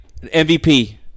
MVP